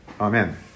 Amen